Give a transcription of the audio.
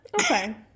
Okay